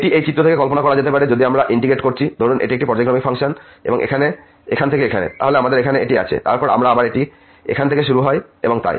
এটি এই চিত্র থেকে কল্পনা করা যেতে পারে যে যদি আমরা ইন্টিগ্রেট করছি ধরুন এটি একটি পর্যায়ক্রমিক ফাংশন এখানে থেকে এখানে তাহলে আমাদের এখানে এটি আছে এবং তারপর আবার এটি এখান থেকে শুরু হয় এবং তাই